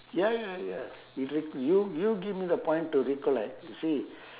ya ya ya is y~ you you give me the point to recollect you see